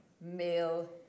male